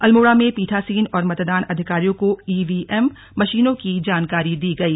अल्मोड़ा में पीठासीन और मतदान अधिकारियों को ईवीएम मशीनों की जानकारी दी गयी